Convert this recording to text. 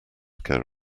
care